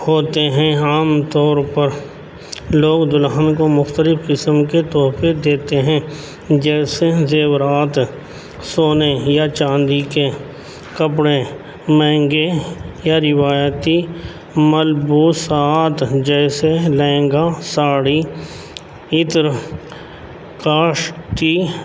ہوتے ہیں عام طور پر لوگ دلہن کو مختلف قسم کے تحفے دیتے ہیں جیسے زیورات سونے یا چاندی کے کپڑے مہنگے یا روایتی ملبوسات جیسے لہنگا ساڑی عطر کاشتی